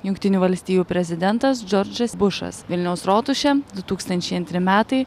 jungtinių valstijų prezidentas džordžas bušas vilniaus rotušė du tūkstančiai antri metai